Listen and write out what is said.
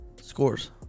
scores